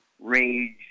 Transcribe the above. rage